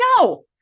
no